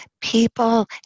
people